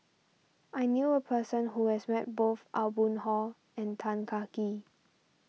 I knew a person who has met both Aw Boon Haw and Tan Kah Kee